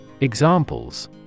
Examples